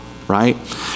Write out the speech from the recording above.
Right